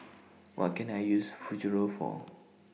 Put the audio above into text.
What Can I use Futuro For